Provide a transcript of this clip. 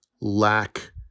lack